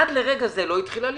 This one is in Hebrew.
עד רגע זה לא התחיל הליך,